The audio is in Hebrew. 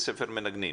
יש לך בתי ספר מנגנים?